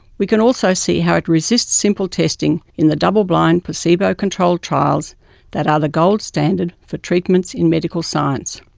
we can also see how it resists simple testing in the double-blind placebo-controlled trials that are the gold standard for treatments in medical science.